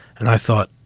and i thought,